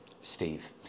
Steve